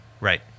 Right